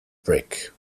brick